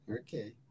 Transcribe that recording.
Okay